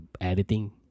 editing